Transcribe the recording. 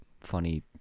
funny